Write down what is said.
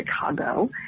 Chicago